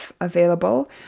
available